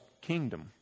kingdom